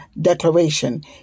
declaration